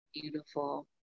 beautiful